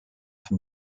from